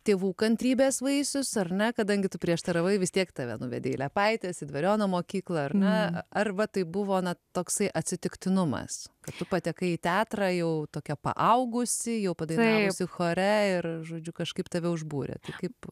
tėvų kantrybės vaisius ar ne kadangi tu prieštaravai vis tiek tave nuvedė į liepaites į dvariono mokyklą ar ne arba tai buvo na toksai atsitiktinumas kad tu patekai į teatrą jau tokia paaugusi jau padainavusi chore ir žodžiu kažkaip tave užbūrė kaip